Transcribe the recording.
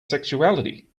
sexuality